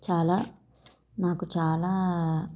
చాలా నాకు చాలా